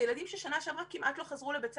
אלה ילדים שמשנה שעברה כמעט לא חזרו לבית ספר.